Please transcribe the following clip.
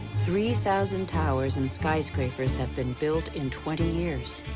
three thousand towers and skyscrapers have been built in twenty years.